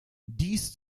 dies